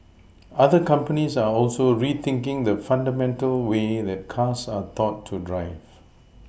other companies are also rethinking the fundamental way that cars are taught to drive